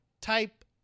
type